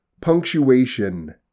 punctuation